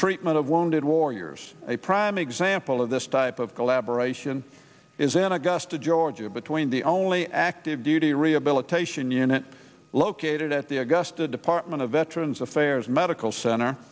treatment of wounded warriors a prime example of this type of collaboration is in a gusta ga between the only active duty rehabilitation unit located at the augusta department of veterans affairs medical center